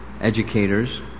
educators